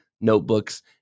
notebooks